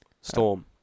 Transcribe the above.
Storm